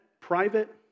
private